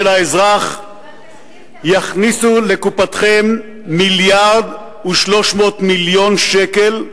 האזרח יכניסו לקופתכם 1.3 מיליארד שקל,